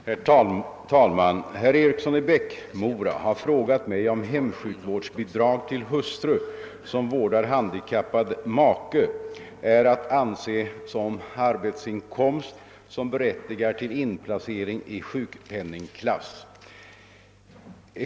Herr talman! Herr Eriksson i Bäckmora har frågat mig om hemsjukvårdsbidrag till hustru som vårdar handikappad make är att anse som arbetsinkomst som berättigar till inplacering i sjukpenningklass.